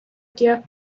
gap